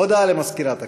הודעה למזכירת הכנסת.